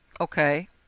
Okay